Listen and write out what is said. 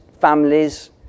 families